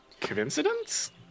coincidence